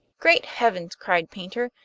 great heavens! cried paynter.